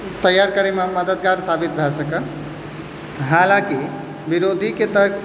तैयार करैमे मददगार साबित भए सकै हाँलाकि विरोधीके तर्क